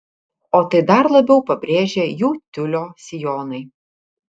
o tai dar labiau pabrėžia jų tiulio sijonai